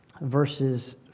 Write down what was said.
verses